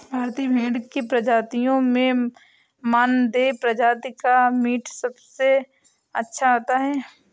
भारतीय भेड़ की प्रजातियों में मानदेय प्रजाति का मीट सबसे अच्छा होता है